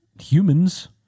humans